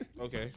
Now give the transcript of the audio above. Okay